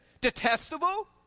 Detestable